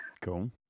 cool